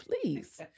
please